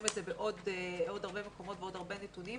את זה בעוד הרבה מקומות ובעוד הרבה נתונים,